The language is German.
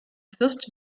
fürst